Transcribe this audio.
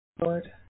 Lord